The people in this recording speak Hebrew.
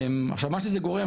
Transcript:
עכשיו מה שזה גורם,